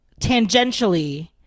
tangentially